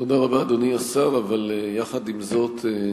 תודה רבה, אדוני השר, אבל יחד עם זאת,